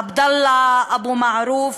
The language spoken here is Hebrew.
עבדאללה אבו מערוף,